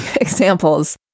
examples